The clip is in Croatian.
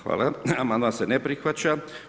Hvala amandman se ne prihvaća.